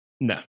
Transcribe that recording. No